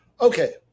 Okay